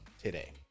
today